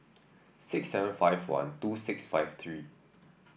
six seven five one two six five three